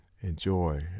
enjoy